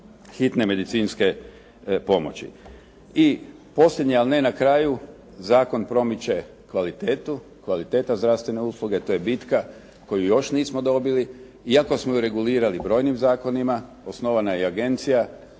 hitne medicinske pomoći. I posljednja ali ne na kraju, zakon promiče kvalitetu, kvaliteta zdravstvene usluge to je bitka koju još nismo dobili iako smo ju regulirali brojnim zakonima, osnovana je i agencija.